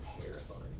terrifying